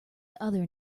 other